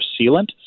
sealant